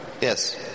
Yes